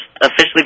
officially